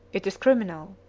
it is criminal.